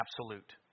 absolute